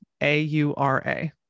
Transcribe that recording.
A-U-R-A